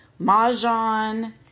Mahjong